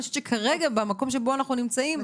אני חושבת שכרגע במקום שבו אנחנו נמצאים,